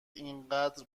اینقدر